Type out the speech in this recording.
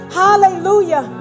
hallelujah